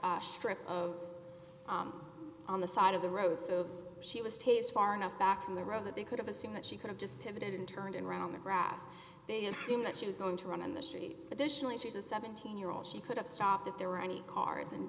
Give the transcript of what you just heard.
grassy strip of on the side of the road so she was taste far enough back from the road that they could have assumed that she could have just pivoted and turned around the grass they assume that she was going to run in the street additionally she's a seventeen year old she could have stopped if there were any cars and